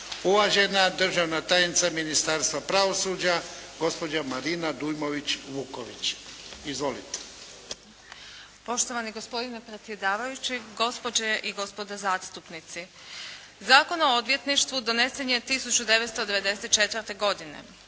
Uvažena državna tajnica Ministarstva pravosuđa, gospođa Marina Dujmović Vuković. Izvolite. **Dujmović Vuković, Marina** Poštovani gospodine predsjedavajući, gospođe i gospodo zastupnici. Zakon o odvjetništvu donesen je 1994. godine.